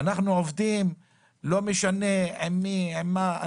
אנחנו עובדים, לא משנה עם מי ועם מה.